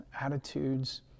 attitudes